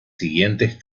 siguientes